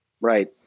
right